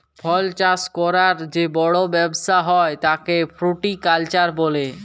ফল চাষ ক্যরার যে বড় ব্যবসা হ্যয় তাকে ফ্রুটিকালচার বলে